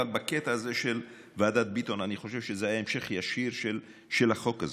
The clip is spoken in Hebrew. בקטע הזה של ועדת ביטון אני חושב שזה היה המשך ישיר של החוק הזה,